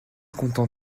content